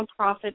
nonprofit